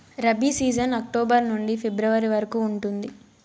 rabi season October నుండి ఫిబ్రవరి వరకు ఉంటుంది